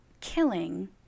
killing